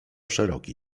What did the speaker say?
szeroki